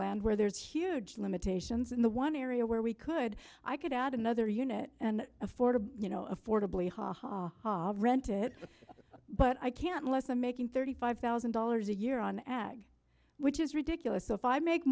land where there's huge limitations in the one area where we could i could add another unit and affordable you know affordably hahaha rent it but i can't less i'm making thirty five thousand dollars a year on ag which is ridiculous if i make